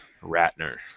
Ratner